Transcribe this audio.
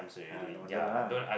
!huh! no wonder lah